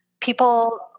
People